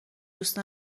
دوست